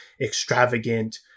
extravagant